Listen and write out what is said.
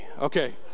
okay